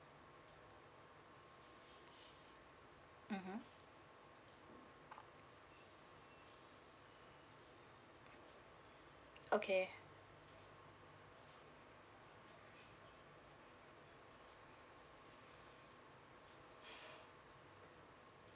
mmhmm okay